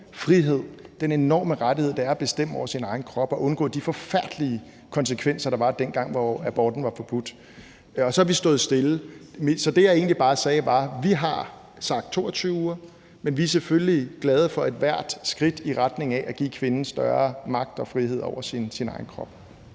frihed, den enorme rettighed, det er at bestemme over sin egen krop og undgå de forfærdelige konsekvenser, der var, dengang aborten var forbudt, og så har vi stået stille. Så det, jeg egentlig bare sagde, var: Vi har sagt 22 uger, men vi er selvfølgelig glade for ethvert skridt i retning af at give kvinden større magt og frihed i forhold til sin egen krop.